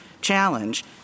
challenge